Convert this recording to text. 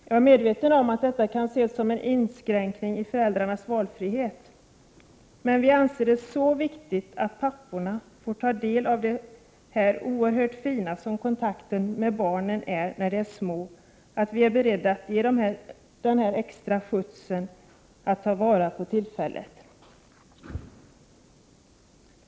Jag är medveten om att detta kan ses som en inskränkning i föräldrarnas valfrihet, men vi anser att det är så viktigt att papporna får ta del av det oerhört fina som kontakten med barnen är när dessa är små, att vi är beredda att ge den här extra skjutsen för att man skall kunna ta vara på tillfället.